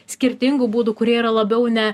skirtingų būdų kurie yra labiau ne